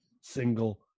single